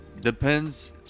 depends